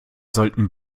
sollten